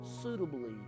suitably